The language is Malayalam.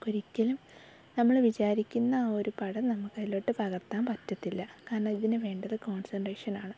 നമുക്കൊരിക്കലും നമ്മൾ വിചാരിക്കുന്ന ആ ഒരു പടം നമുക്കതിലോട്ട് പകർത്താൻ പറ്റത്തില്ല കാരണം ഇതിന് വേണ്ടത് കോൺസൻറ്റ്റേഷൻ ആണ്